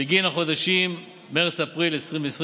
בגין החודשים מרץ-אפריל 2020,